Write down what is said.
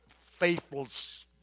faithless